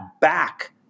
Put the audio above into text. back